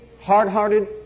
hard-hearted